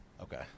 Okay